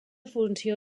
funció